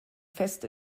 fest